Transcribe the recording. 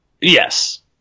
Yes